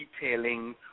detailing